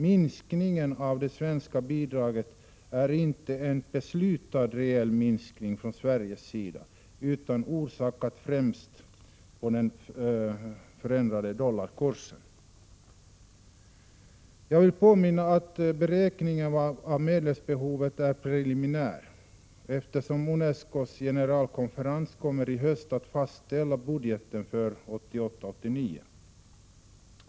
Minskningen av det svenska bidraget är inte en från Sveriges sida beslutad reell minskning utan är främst orsakad av den förändrade dollarkursen. Jag vill påminna om att beräkningen av medelsbehovet är preliminärt, eftersom UNESCO:s generalkonferens i höst kommer att fastställa budgeten för 1988/89.